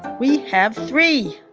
we have three.